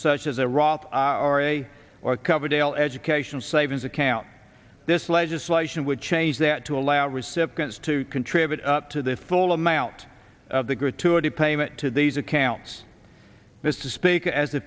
such as a roth ira or a coverdale education savings account this legislation would change that to allow recipients to contribute up to the full amount of the gratuity payment to these accounts